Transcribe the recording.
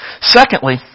Secondly